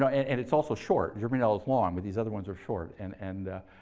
so and and it's also short. germinal is long, but these other ones are short. and and